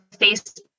Facebook